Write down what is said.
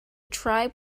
tribe